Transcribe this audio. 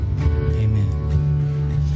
Amen